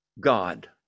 God